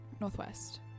northwest